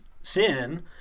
sin